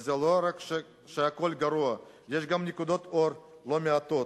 וזה לא רק שהכול גרוע, יש גם נקודות אור לא מעטות.